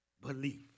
belief